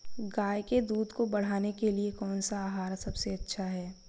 गाय के दूध को बढ़ाने के लिए कौनसा आहार सबसे अच्छा है?